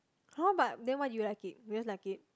[hah] but then why do you like it you just like it